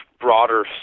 broader